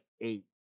eight